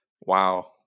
Wow